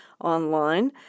online